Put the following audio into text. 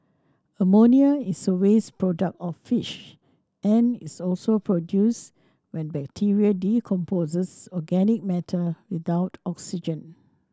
ammonia is a waste product of fish and is also produced when bacteria decomposes organic matter without oxygen